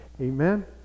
Amen